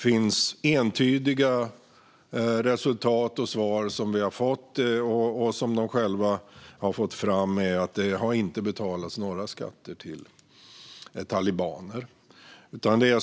Svenska Afghanistankommittén har själv fått fram entydiga resultat, nämligen att det inte har betalats några skatter till talibaner.